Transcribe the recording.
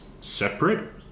separate